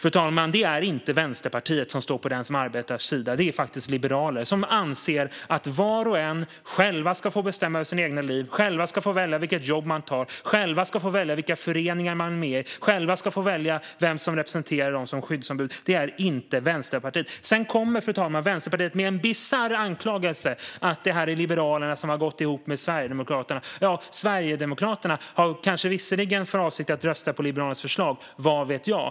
Det är inte, fru talman, Vänsterpartiet som står på arbetstagarnas sida, utan det gör Liberalerna. Vi anser att var och en själv ska få bestämma över sitt eget liv, själv välja vilket jobb man tar, själv välja vilka föreningar man är med i och själv välja vem som representerar en som skyddsombud. Det ska inte Vänsterpartiet göra. Fru talman! Vänsterpartiet kommer dessutom med en bisarr anklagelse om att Liberalerna har gått ihop med Sverigedemokraterna. Sverigedemokraterna har kanske visserligen för avsikt att rösta på Liberalernas förslag, vad vet jag?